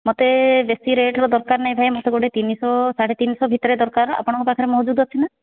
ମୋତେ ବେଶୀ ରେଟ୍ର ଦର୍କାର ନାହିଁ ଭାଇ ମୋତେ ଗୋଟେ ତିନିଶହ ସାଢ଼େ ତିନିଶହ ଭିତେରେ ଦରକାର ଆପଣଙ୍କ ପାଖେରେ ମହଜୁଦ୍ ଅଛି ନା